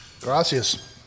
Gracias